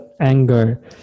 anger